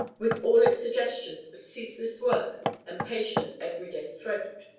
with all its suggestions of ceaseless work and patient every-day thrift.